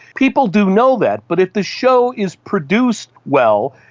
people do know that. but if the show is produced well,